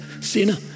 sinner